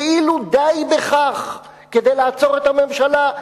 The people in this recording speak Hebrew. כאילו די בכך כדי לעצור את הממשלה.